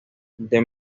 the